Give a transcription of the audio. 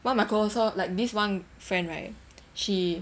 one of my closer like this one friend right she